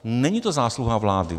Není to zásluha vlády.